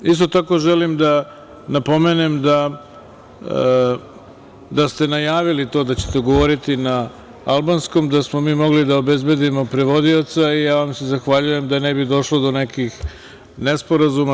Isto tako, želim da napomenem da ste najavili to da ćete govoriti na albanskom da smo mi mogli da obezbedimo prevodioca i ja vam se zahvaljujem da ne bi došlo do nekih nesporazuma.